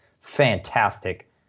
fantastic